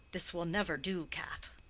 this will never do, cath.